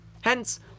Hence